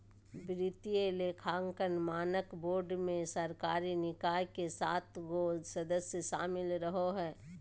वित्तीय लेखांकन मानक बोर्ड मे सरकारी निकाय के सात गो सदस्य शामिल रहो हय